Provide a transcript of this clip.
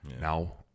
Now